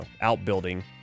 outbuilding